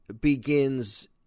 begins